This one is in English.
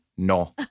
No